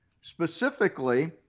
specifically